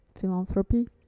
philanthropy